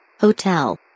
Hotel